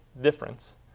difference